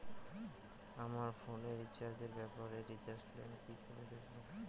আমার ফোনে রিচার্জ এর ব্যাপারে রিচার্জ প্ল্যান কি করে দেখবো?